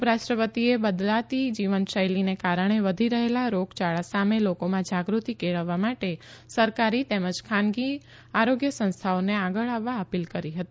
ઉપરાષ્ટ્રપતિશ્રીએ બદલાતી જીવનશૈલીને કારણે વધી રહેલા રોગયાળા સામે લોકોમાં જાગૃતિ કેળવવા માટે સરકારી તેમજ ખાનગી આરોગ્ય સંસ્થાઓને આગળ આવવા અપીલ કરી હતી